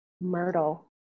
Myrtle